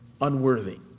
unworthy